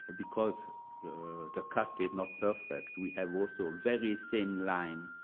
because the cut is not perfect, we have also very same line,